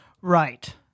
Right